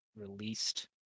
released